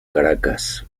caracas